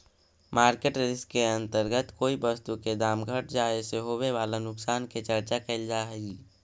market risk के अंतर्गत कोई वस्तु के दाम घट जाए से होवे वाला नुकसान के चर्चा कैल जा हई